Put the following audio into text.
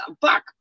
Fuck